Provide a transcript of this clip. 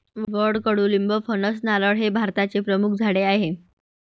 वड, कडुलिंब, फणस, नारळ हे भारताचे प्रमुख झाडे आहे